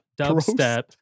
Dubstep